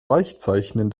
weichzeichnen